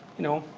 you know,